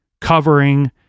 covering